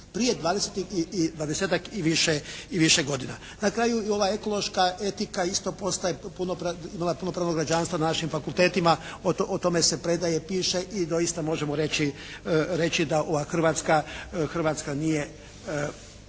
Prije 20-ak i više godina. Na kraju i ova ekološka etika isto postaje, imala je punopravno građanstvo na našim fakultetima. O tome se predaje, piše i doista možemo reći da ova Hrvatska nije